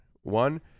One